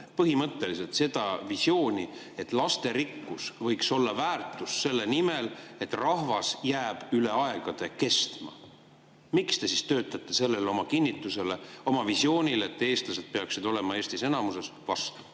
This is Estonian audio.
põhimõtteliselt seda visiooni, et lasterikkus võiks olla väärtus selle nimel, et rahvas jääb üle aegade kestma. Miks te töötate sellele oma kinnitusele, oma visioonile, et eestlased peaksid olema Eestis enamuses, vastu?